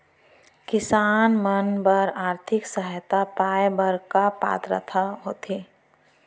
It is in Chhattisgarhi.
किसान मन बर आर्थिक सहायता पाय बर का पात्रता होथे?